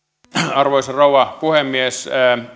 arvoisa rouva puhemies